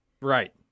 Right